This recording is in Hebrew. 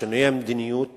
בשינויי מדיניות